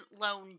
loan